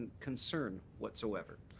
concern whatsoever?